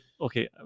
okay